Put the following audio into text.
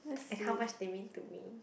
and how much they mean to me